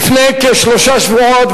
לפני כשלושה שבועות,